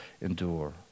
endure